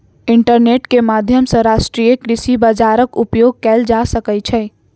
internet के माध्यम सॅ राष्ट्रीय कृषि बजारक उपयोग कएल जा सकै छै